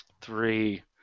Three